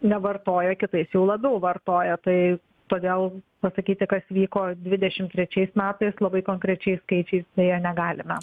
nevartoja kitais jau labiau vartoja tai todėl pasakyti kas vyko dvidešimt trečiais metais labai konkrečiais skaičiais deja negalime